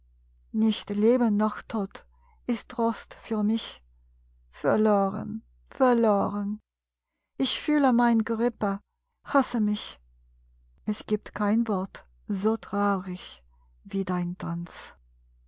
nicht leben noch tod ist trost für mich verloren verloren ich fühle mein gerippe hasse mich es gibt kein wort so traurig wie dein tanz